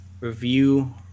review